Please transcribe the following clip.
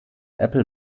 apple